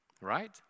right